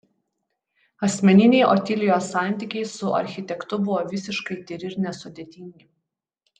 asmeniniai otilijos santykiai su architektu buvo visiškai tyri ir nesudėtingi